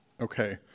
Okay